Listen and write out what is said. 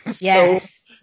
Yes